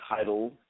title